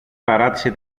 παράτησε